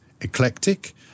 eclectic